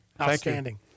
Outstanding